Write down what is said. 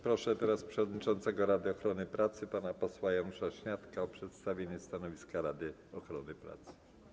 Proszę teraz przewodniczącego Rady Ochrony Pracy pana posła Janusza Śniadka o przedstawienie stanowiska Rady Ochrony Pracy.